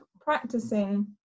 practicing